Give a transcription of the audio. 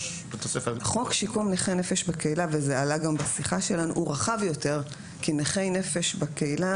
חוק שיקום נכי נפש בקהילה הוא רחב יותר כי נכי נפש בקהילה,